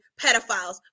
pedophiles